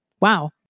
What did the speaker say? Wow